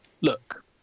look